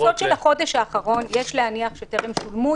קנסות של החודש האחרון יש להניח שטרם שולמו,